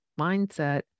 mindset